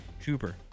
Trooper